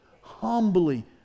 humbly